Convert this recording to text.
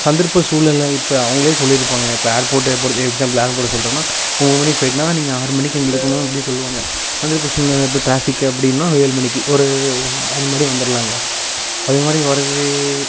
சந்தர்ப்ப சூழ்நிலை இப்போ அவங்களே சொல்லிருப்பாங்க இப்போ ஏர்போட்டு இப்போ எக்ஸாம்பிள் ஏர்போட்டை சொல்லுறேன்னா ஒம்பது மணிக்கு ஃப்ளைட்னா நீங்கள் ஆறு மணிக்கு அங்கே இருக்கணும் அப்படின் சொல்லுவாங்க சந்தர்ப்ப சூழ்நிலை இப்போ ட்ராஃபிக்கு அப்படின்னா ஏழு மணிக்கு ஒரு அது மாரி வந்துரலாங்க அது மாரி வரது